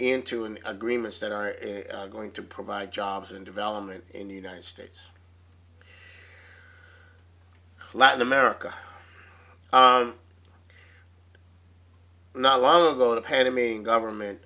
into an agreements that are in going to provide jobs and development in the united states latin america not long ago to pay it i mean government